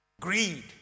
Greed